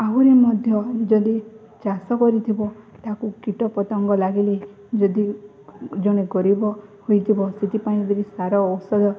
ଆହୁରି ମଧ୍ୟ ଯଦି ଚାଷ କରିଥିବ ତାକୁ କୀଟପତଙ୍ଗ ଲାଗିଲେ ଯଦି ଜଣେ ଗରିବ ହୋଇଥିବ ସେଥିପାଇଁ ଯଦି ସାର ଔଷଧ